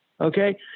okay